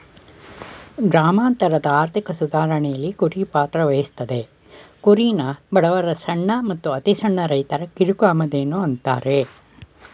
ಗ್ರಾಮಾಂತರದ ಆರ್ಥಿಕ ಸುಧಾರಣೆಲಿ ಕುರಿ ಪಾತ್ರವಹಿಸ್ತದೆ ಕುರಿನ ಬಡವರ ಸಣ್ಣ ಮತ್ತು ಅತಿಸಣ್ಣ ರೈತರ ಕಿರುಕಾಮಧೇನು ಅಂತಾರೆ